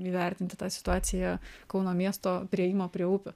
įvertinti tą situaciją kauno miesto priėjimo prie upių